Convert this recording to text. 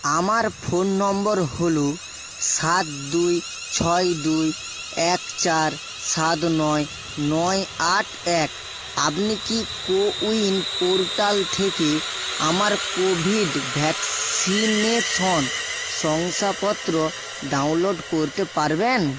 আমার phone number হলো সাত দুই ছয় দুই এক চার সাত নয় নয় আট এক আপনি কি কোউইন পোর্টাল থেকে আমার কোভিড ভ্যাকসিনেশন শংসাপত্র ডাউনলোড করতে পারবেন